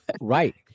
Right